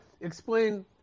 Explain